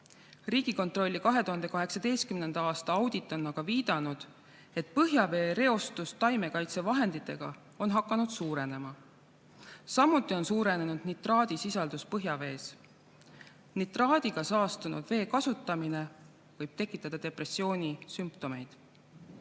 Riigikontrolli 2018. aasta audit on viidanud, et põhjavee reostus taimekaitsevahenditega on hakanud suurenema. Samuti on suurenenud nitraadisisaldus põhjavees. Nitraadiga saastunud vee kasutamine võib tekitada depressiooni sümptomeid.